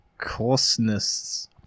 coarseness